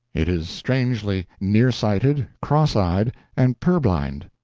it is strangely nearsighted, cross-eyed, and purblind.